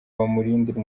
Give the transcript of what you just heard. bamurindira